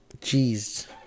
Jeez